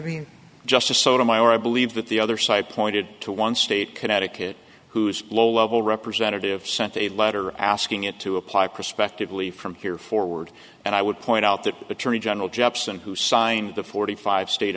mean justice sotomayor i believe that the other side pointed to one state connecticut whose low level representative sent a letter asking it to apply prospectively from here forward and i would point out that attorney general jepsen who signed the forty five state